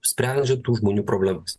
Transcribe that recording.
sprendžiant tų žmonių problemas